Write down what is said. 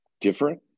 different